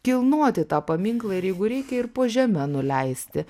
kilnoti tą paminklą ir jeigu reikia ir po žeme nuleisti